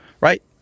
right